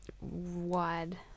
wide